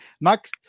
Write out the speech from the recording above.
Max